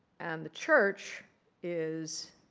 and the church is